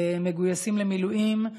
"מגויסים למילואים".